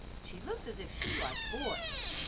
she looks as if she liked boys.